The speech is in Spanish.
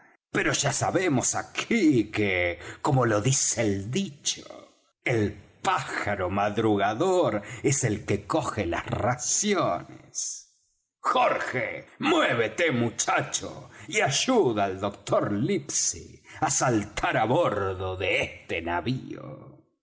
pero ya sabemos aquí que como lo dice el dicho el pájaro madrugador es el que coge las raciones jorge muévete muchacho y ayuda al doctor livesey á saltar á bordo de este